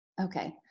Okay